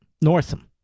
Northam